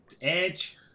Edge